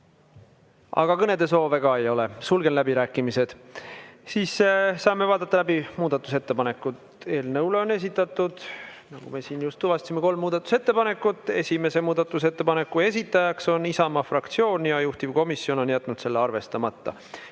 Aga kõnesoove ka ei ole. Sulgen läbirääkimised. Siis saame vaadata läbi muudatusettepanekud. Eelnõu kohta on esitatud, nagu me just tuvastasime, kolm muudatusettepanekut. Esimese muudatusettepaneku esitaja on Isamaa fraktsioon ja juhtivkomisjon on jätnud selle arvestamata.